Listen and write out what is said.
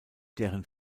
deren